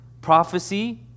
Prophecy